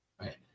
right